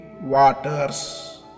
waters